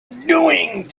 doing